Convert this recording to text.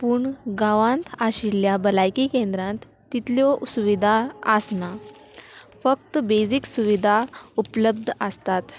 पूण गांवांत आशिल्ल्या भलायकी केंद्रांत तितल्यो सुविधा आसना फक्त बेजीक सुविधा उपलब्ध आसतात